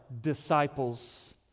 disciples